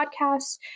podcasts